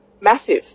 Massive